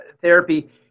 therapy